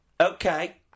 Okay